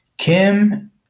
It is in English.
Kim